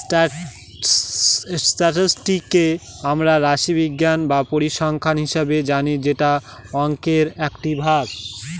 স্ট্যাটিসটিককে আমরা রাশিবিজ্ঞান বা পরিসংখ্যান হিসাবে জানি যেটা অংকের একটি ভাগ